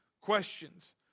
questions